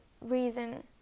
reason